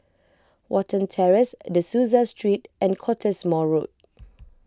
Watten Terrace De Souza Street and Cottesmore Road